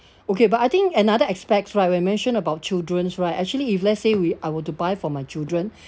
okay but I think another aspect right when I mentioned about childrens right actually if let's say we I were to buy for my children